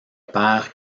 père